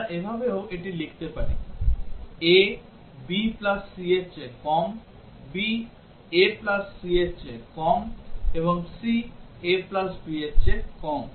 আমরা এভাবেও এটি লিখতে পারি a b প্লাস c এর চেয়ে কম b a প্লাস c এর চেয়ে কম এবং c a প্লাস b এর চেয়ে কম